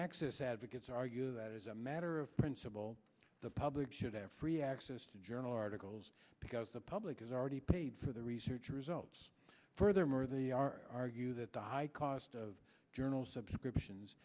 access advocates argue that as a matter of principle the public should have free access to journal articles because the public has already paid for the research results furthermore they are you that the high cost of journal subscriptions